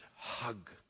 Hug